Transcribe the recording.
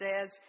says